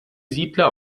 siedler